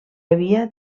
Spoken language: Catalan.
havia